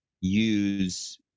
use